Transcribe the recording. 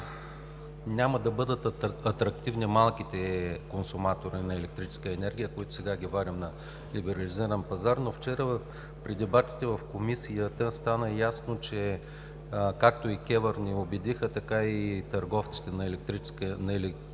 няма да бъдат атрактивни малките консуматори на електрическа енергия, които сега вадим на либерализиран пазар, но вчера при дебатите в Комисията стана ясно – както КЕВР и търговците на електрическа енергия